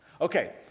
Okay